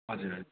हजुर हजुर